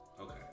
Okay